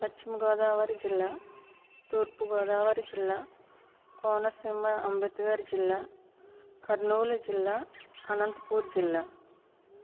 పశ్చిమ గోదావరి జిల్లా తూర్పుగోదావరి జిల్లా కోనసీమ అంబేద్కర్ జిల్లా కర్నూలు జిల్లా అనంతపూర్ జిల్లా